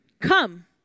Come